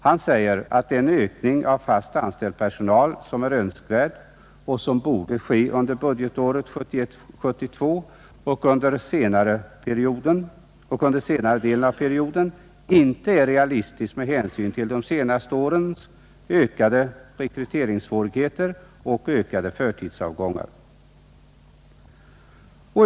Han säger att den ökning av fast anställd personal som är önskvärd och som borde ske under budgetåret 1971/72 och senare under perioden inte är realistisk med hänsyn till de senaste årens ökade rekryteringssvårigheter och ökade förtidsavgångar.